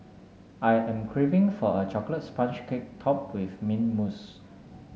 I am craving for a chocolate sponge cake top with mint mousse